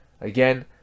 again